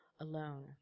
alone